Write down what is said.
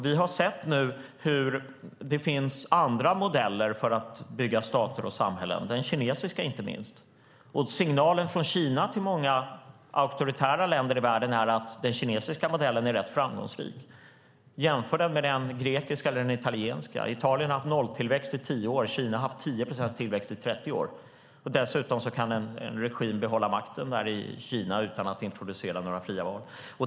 Vi har sett att det finns andra modeller för att bygga stater och samhällen - inte minst den kinesiska. Signalen från Kina till många auktoritära länder i världen är att den kinesiska modellen är rätt framgångsrik. Jämför den med den grekiska eller den italienska! Italien har haft nolltillväxt i tio år. Kina har haft 10 procents tillväxt i 30 år. Dessutom kan en regim behålla makten i Kina utan att introducera några fria val.